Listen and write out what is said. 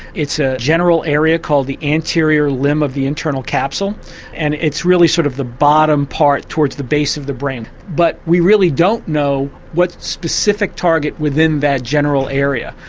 it's a general area called the anterior limb of the internal capsule and it's really sort of the bottom part towards the base of the brain. but we really don't know what specific target within that general area.